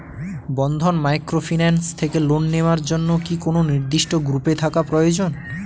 বন্ধন microfinance থেকে loan নেওয়ার জন্য কি কোন নির্দিষ্ট গ্রুপে থাকা প্রয়োজন?